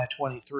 23